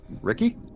Ricky